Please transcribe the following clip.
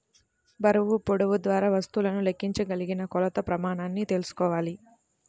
బరువు, పొడవు ద్వారా వస్తువులను లెక్కించగలిగిన కొలత ప్రమాణాన్ని తెల్సుకోవాలి